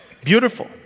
Beautiful